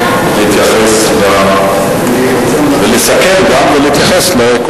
יש לך זכות להתייחס ולסכם גם,